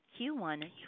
Q1